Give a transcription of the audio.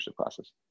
classes